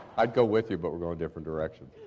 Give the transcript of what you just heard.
i'd go with you but we're going different directions.